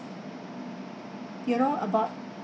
you know about